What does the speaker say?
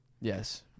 Yes